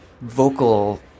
vocal